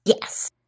Yes